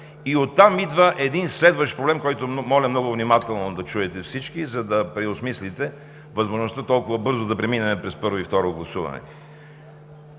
и оттам идва един следващ проблем, който моля много внимателно да чуете всички, за да преосмислите възможността толкова бързо да преминем през първо и второ гласуване.